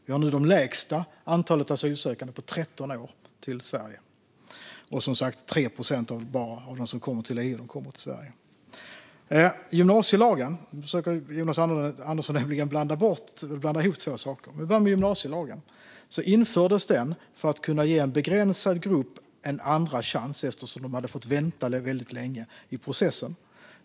Vi har nu det lägsta antalet asylsökande som kommer till Sverige på 13 år, och det är som sagt bara 3 procent som kommer till Sverige av dem som kommer till EU. Jonas Andersson blandar ihop två saker. Gymnasielagen infördes för att man skulle kunna ge en begränsad grupp en andra chans eftersom de hade fått vänta väldigt länge i processen.